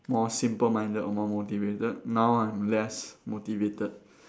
more simple minded or more motivated now I'm less motivated